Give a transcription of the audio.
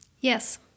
Yes